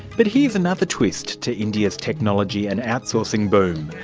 but here's another twist to india's technology and outsourcing boom.